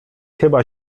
chyba